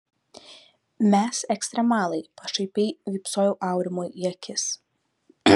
mes ekstremalai pašaipiai vypsojau aurimui į akis